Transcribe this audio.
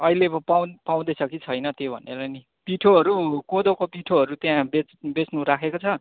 अहिले पो पाउँ पाउँदैछ कि छैन त्यो भनेर नि पिठोहरू कोदोको पिठोहरू त्यहाँ बेच्नु बेच्नु राखेको छ